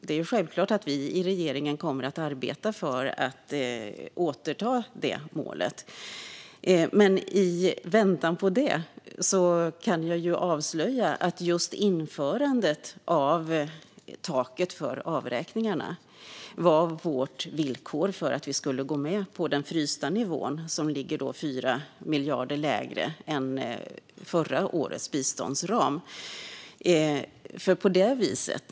Det är självklart att vi i regeringen kommer att arbeta för att återta det målet. Men i väntan på det kan jag avslöja att just införandet av taket för avräkningarna var vårt villkor för att vi skulle gå med på den frysta nivån som ligger 4 miljarder lägre än för förra årets biståndsram.